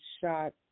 shot